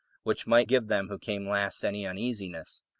which might give them who came last any uneasiness.